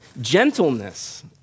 Gentleness